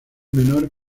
menor